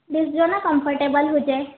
ॾिस जो न कंफटेबल हुजे